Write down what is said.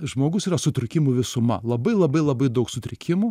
žmogus yra sutrūkimų visuma labai labai labai daug sutrikimų